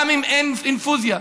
גם אם אין אינפוזיה.